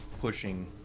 pushing